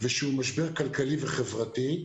ושהוא משבר כלכלי וחברתי,